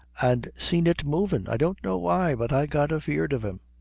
an' seen it movin', i don't know why, but i got afeard of him.